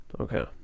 okay